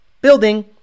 building